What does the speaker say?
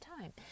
time